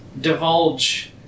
divulge